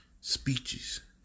Speeches